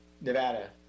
nevada